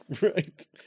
Right